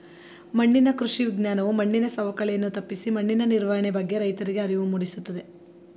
ಮಣ್ಣಿನ ಕೃಷಿ ವಿಜ್ಞಾನವು ಮಣ್ಣಿನ ಸವಕಳಿಯನ್ನು ತಪ್ಪಿಸಿ ಮಣ್ಣಿನ ನಿರ್ವಹಣೆ ಬಗ್ಗೆ ರೈತರಿಗೆ ಅರಿವು ಮೂಡಿಸುತ್ತದೆ